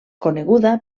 coneguda